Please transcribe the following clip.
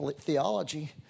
theology